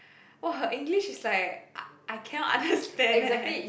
oh her English is like uh I cannot understand eh